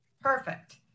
Perfect